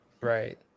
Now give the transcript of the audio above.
Right